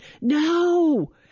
No